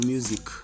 Music